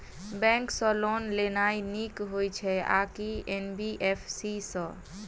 Bank सँ loan लेनाय नीक होइ छै आ की एन.बी.एफ.सी सँ?